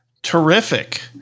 Terrific